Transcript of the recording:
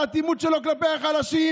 על אטימות שלו כלפי החלשים?